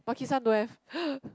Makisan don't have